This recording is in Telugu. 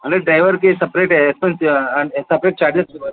అన్నా డ్రైవర్కి సపరేట్ ఎక్స్పెన్స్ అంటే సపరేట్ చార్జెస్ ఇవ్వా